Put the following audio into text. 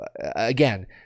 again